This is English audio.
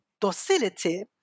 docility